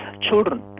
children